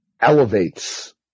elevates